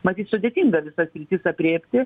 matyt sudėtinga visas sritis aprėpti